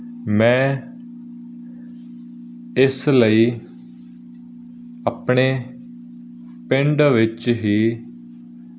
ਖੂਬਸੂਰਤੀ ਲੋੜ ਮਿਹਨਤ ਅਤੇ ਕਾਰੀਗਰੀ ਦੀ ਮੁਹਾਰਤ